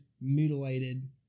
mutilated